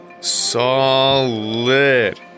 Solid